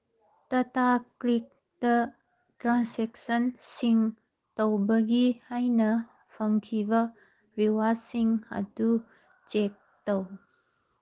ꯇꯇꯥ ꯀ꯭ꯂꯤꯛꯇ ꯇ꯭ꯔꯥꯟꯁꯦꯛꯁꯟꯁꯤꯡ ꯇꯧꯕꯒꯤ ꯑꯩꯅ ꯐꯪꯈꯤꯕ ꯔꯤꯋꯥꯔꯠꯁꯤꯡ ꯑꯗꯨ ꯆꯦꯛ ꯇꯧ